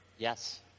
Yes